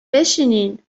بشینین